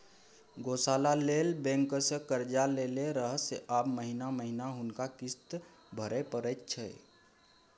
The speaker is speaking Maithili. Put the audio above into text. गौशाला लेल बैंकसँ कर्जा लेने रहय आब महिना महिना हुनका किस्त भरय परैत छै